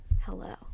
Hello